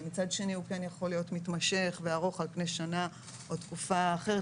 ומצד שני הוא כן יכול להיות מתמשך וארוך על פני שנה או תקופה אחרת,